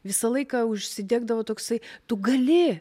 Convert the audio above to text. visą laiką užsidegdavo toksai tu gali